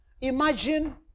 Imagine